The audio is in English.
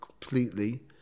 completely